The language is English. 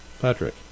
patrick